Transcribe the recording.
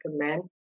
recommend